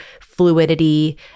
fluidity